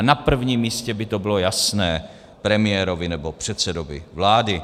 Na prvním místě by to bylo jasné premiérovi nebo předsedovi vlády.